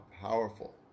powerful